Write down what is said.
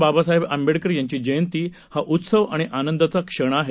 बाबासाहेब आंबेडकर यांची जयंती हा उत्सव आणि आनंदाचा क्षण आहे